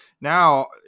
now